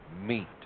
meet